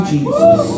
Jesus